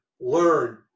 learn